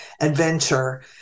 adventure